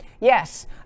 Yes